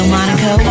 Monaco